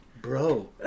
bro